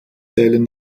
zählen